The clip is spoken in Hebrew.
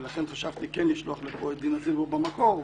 שחשבתי לשלוח את דינה זילבר במקור,